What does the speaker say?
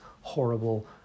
horrible